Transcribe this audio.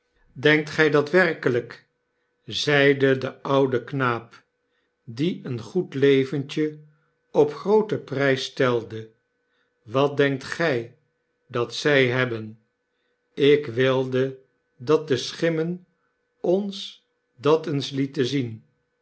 denkt gtj dat werkelyk zeide de oude knaap die een goed leventje op grooten prp stelde wat denkt gg dat zg hebben ik wilde dat de schimmen ons dat eens lieten zien